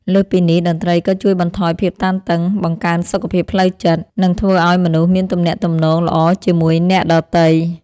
លើសពីនេះ តន្ត្រីក៏ជួយបន្ថយភាពតានតឹង បង្កើនសុខភាពផ្លូវចិត្ត និងធ្វើឲ្យមនុស្សមានទំនាក់ទំនងល្អជាមួយអ្នកដទៃ